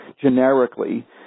generically